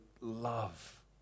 love